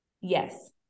Yes